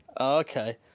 Okay